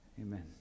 Amen